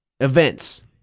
events